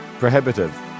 prohibitive